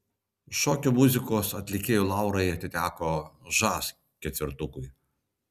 šokių muzikos atlikėjų laurai atiteko žas ketvertukui